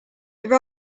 there